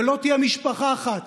ולא תהיה משפחה אחת,